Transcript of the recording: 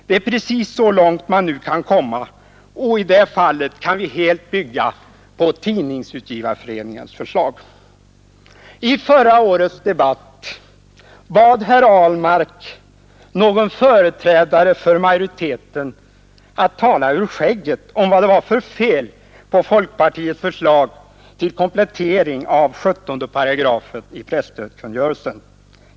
Det är precis så långt man nu kan komma, och i det fallet kan vi helt bygga på Tidningsutgivareföreningens förslag. I förra årets debatt bad herr Ahlmark någon företrädare för majoriteten att tala ur skägget om vad det var för fel på folkpartiets förslag till komplettering av 17 § i presstödskungörelsen.